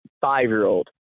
five-year-old